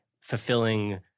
fulfilling